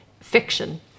fiction